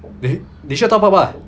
你你需要 top up mah